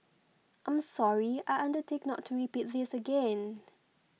I'm sorry I undertake not to repeat this again